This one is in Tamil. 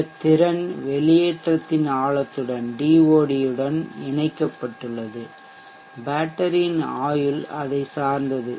இந்த திறன் வெளியேற்றத்தின் ஆழத்துடன் டிஓடி இணைக்கப்பட்டுள்ளது பேட்டரியின் ஆயுள் அதை சார்ந்தது